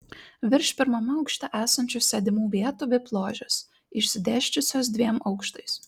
virš pirmame aukšte esančių sėdimų vietų vip ložės išsidėsčiusios dviem aukštais